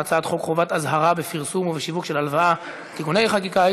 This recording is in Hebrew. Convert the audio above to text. על הצעת חוק חובת אזהרה בפרסום ובשיווק של הלוואה (תיקוני חקיקה),